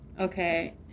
Okay